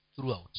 throughout